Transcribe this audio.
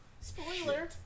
spoiler